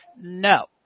no